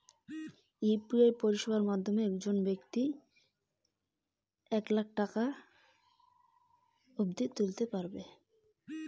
UPI পরিষেবার মাধ্যমে একজন ব্যাক্তি দিনে কত টাকা তুলতে পারবে?